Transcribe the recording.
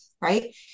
right